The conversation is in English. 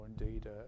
indeed